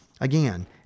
again